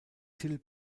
till